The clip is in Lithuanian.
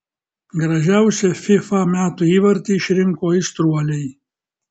gražiausią fifa metų įvartį išrinko aistruoliai